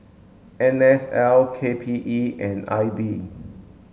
N S L K P E and I B